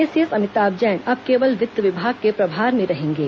ACS Amitabh Jain अब केवल वित्त विभाग के प्रभार में रहेंगे